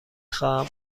خواهم